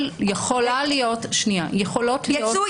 יצוא,